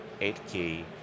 8K